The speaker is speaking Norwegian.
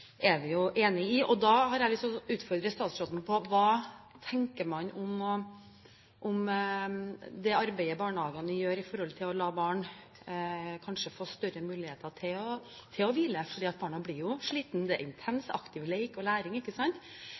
i. Da har jeg lyst til å utfordre statsråden på: Hva tenker man om det arbeidet barnehagene gjør når det gjelder å la barn kanskje få større muligheter til å hvile fordi barna blir slitne? Det er intens, aktiv lek og læring, ikke